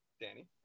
Danny